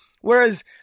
Whereas